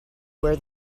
where